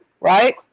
Right